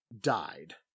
died